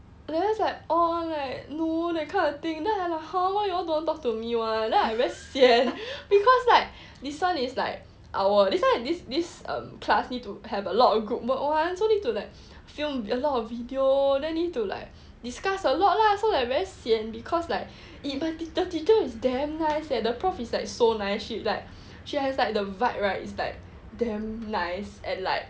they just like oh like no like that kind of thing then like !huh! why you all don't want to talk to me [one] then I very sian because like this [one] is like our this [one] this this um class need to have a lot of group work [one] so need to like film a lot of videos then need to like discuss a lot lah so I very sian because like my teacher is damn nice leh the prof is like so nice